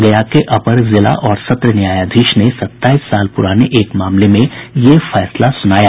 गया के अपर जिला और सत्र न्यायाधीश ने सताईस साल पुराने एक मामले में यह फैसला सुनाया